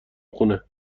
خونه